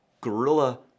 guerrilla